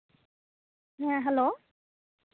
ᱦᱮᱸ ᱦᱮᱞᱳ